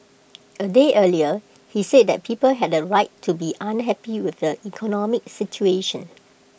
A day earlier he said that people had A right to be unhappy with the economic situation